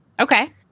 Okay